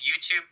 YouTube